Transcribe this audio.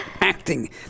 acting